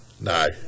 No